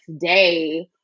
day